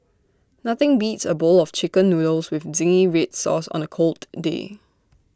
nothing beats A bowl of Chicken Noodles with Zingy Red Sauce on A cold day